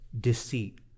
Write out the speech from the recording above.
deceit